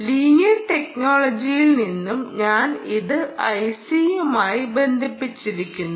linear ടെക്നോളജികളിൽ നിന്നും ഞാൻ ഇത് ഐസിയുമായി ബന്ധിപ്പിക്കുന്നു